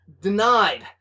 denied